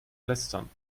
lästern